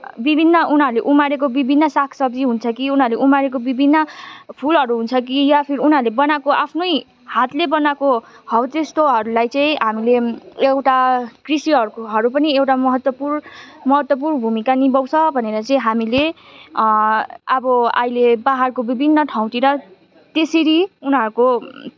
विभिन्न उनीहरूले उमारेको विभिन्न सागसब्जी हुन्छ कि उनीहरूले उमारेको विभिन्न फुलहरू हुन्छ कि या फिर उनीहरूले बनाएको आफ्नै हातले बनाएको हौ त्यस्तोहरूलाई चाहिँ हामीले एउटा कृषिहरूको हरू पनि एउटा महत्त्वपूर्ण महत्त्वपूर्ण भूमिका निभाउँछ भनेर चाहिँ हामीले अब अहिले पाहाडको विभिन्न ठाउँतिर त्यसरी उनीहरूको